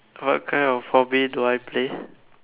what kind of hobby do I play